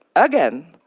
again,